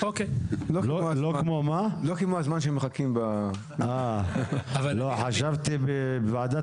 לא כמו הזמן שמחכים --- חשבתי שבוועדת